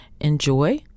enjoy